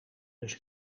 dus